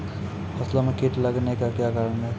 फसलो मे कीट लगने का क्या कारण है?